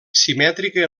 simètrica